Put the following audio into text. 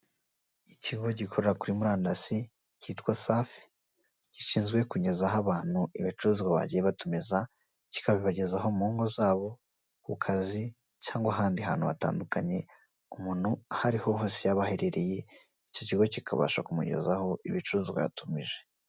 Ikigo gikorera kuri murandasi cyitwa safi, gishinzwe kugezaho abantu ibicuruzwa bagiye batumiza. Kikabibagezaho mu ngo zabo, ku kazi cyangwa ahandi hantu hatandukanye. Umuntu aho ari ho hose yaba aherereye icyo kigo kikabasha kumugezaho ibicuruzwa yatumije.